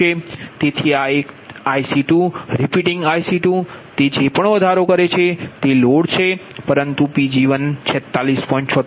તેથી આ એક છે IC2 રીપીટીંગ IC2 તે જે પણ વધારો કરે છે તે લોડ લે છે પરંતુ Pg146